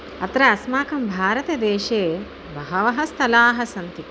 अत्र अस्माकं भारतदेशे बहवः स्थलाः सन्ति